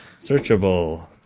Searchable